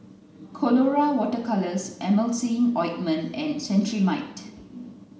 Colora water colours Emulsying Ointment and Cetrimide